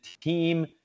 team